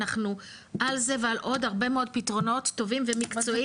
אנחנו על זה ועל עוד הרבה מאוד פתרונות טובים ומקצועיים.